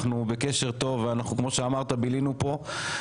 אנחנו בקשר טוב וכמו שאמרת בילינו פה.